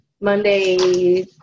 Monday